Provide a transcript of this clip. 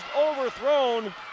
overthrown